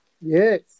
Yes